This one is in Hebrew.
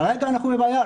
כרגע אנחנו בבעיה,